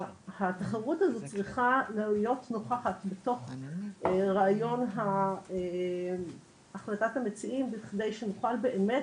התחרות הזאת צריכה להיות נוכחת בתוך רעיון החלטת המציעים בכדי שבאמת